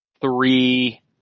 three